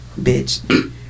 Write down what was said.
Bitch